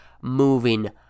moving